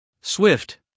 Swift